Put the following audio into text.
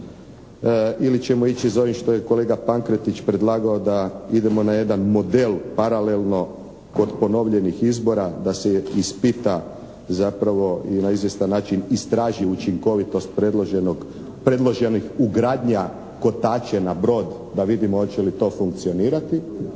ili ćemo ići za ovim što je kolega Pankretić predlagao da idemo na jedan model paralelno kod ponovljenih izbora, da se ispita, zapravo, i na izvjestan način istraži učinkovitost predloženih ugradnja kotače na brod, da vidimo hoće li to funkcionirati.